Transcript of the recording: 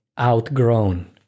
outgrown